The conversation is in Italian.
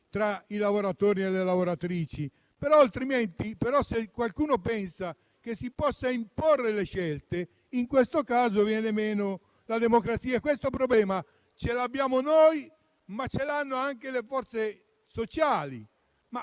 tra i lavoratori e le lavoratrici. Tuttavia, se qualcuno pensa che si possano imporre le scelte, in questo caso viene meno la democrazia. Questo problema lo abbiamo noi, ma lo hanno anche le forze sociali.